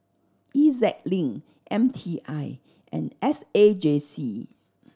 E Z Link M T I and S A J C